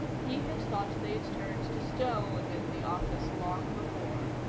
he had thought they'd turned to stone in the office long before.